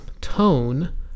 tone